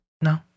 No